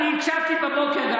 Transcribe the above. אני הקשבתי גם בבוקר.